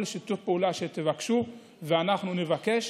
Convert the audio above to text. כל שיתוף פעולה שתבקשו ואנחנו נבקש,